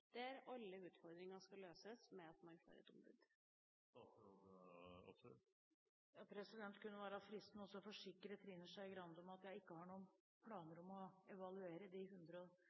der alle utfordringer skal løses ved at man får et ombud? Det kunne vært fristende å forsikre representanten Trine Skei Grande om at jeg ikke har noen planer om å evaluere de